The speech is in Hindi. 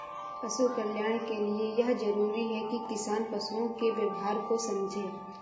पशु कल्याण के लिए यह जरूरी है कि किसान पशुओं के व्यवहार को समझे